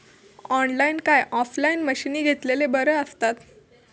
Online काय offline मशीनी घेतलेले बरे आसतात?